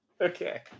Okay